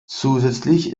zusätzlich